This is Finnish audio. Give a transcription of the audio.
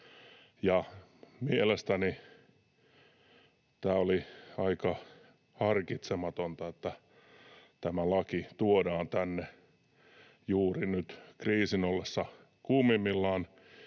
mielestäni oli aika harkitsematonta, että tämä laki tuodaan tänne juuri nyt kriisin ollessa kuumimmillaan,